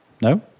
No